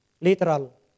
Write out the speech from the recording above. literal